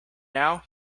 now